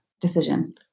decision